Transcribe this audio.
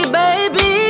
baby